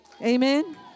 Amen